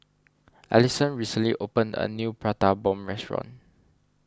Allyson recently opened a new Prata Bomb Restaurant